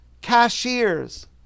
cashiers